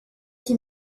que